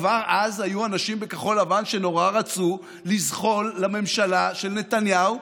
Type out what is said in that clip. כבר אז היו אנשים בכחול לבן שנורא רצו לזחול לממשלה של נתניהו,